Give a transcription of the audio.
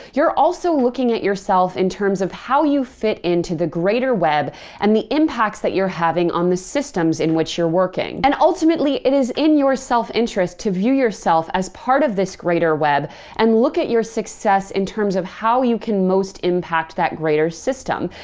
you're also looking at yourself in terms of how you fit into the greater web and the impacts that you're having on the systems in which you're working. and ultimately, it is in your self-interest to view yourself as part of this greater web and look at your success in terms of how you can most impact that greater system.